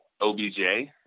OBJ